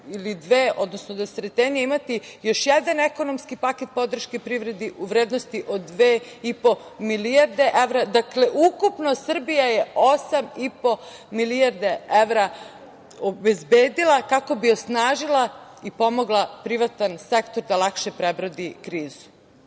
ili dve, odnosno do Sretenja imati još jedan ekonomski paket podrške privredi u vrednosti od 2,5 milijarde evra. Dakle, ukupno Srbija je osam i po milijarde evra obezbedila kako bi osnažila privatan sektor da lakše prebrodi krizu. Molim